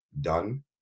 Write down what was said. done